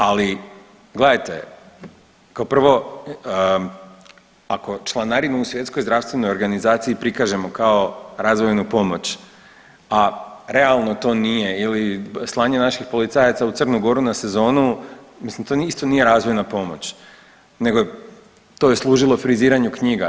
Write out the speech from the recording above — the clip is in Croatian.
Ali gledajte kao prvo, ako članarinu u Svjetskoj zdravstvenoj organizaciji prikažemo kao razvoju pomoć, a realno to nije ili slanje naših policajaca u Crnu Goru na sezonu, mislim to isto nije razvojna pomoć nego to je služili friziranju knjiga.